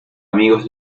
amigos